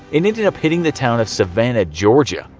it ended up hitting the town of savannah, georgia.